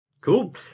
Cool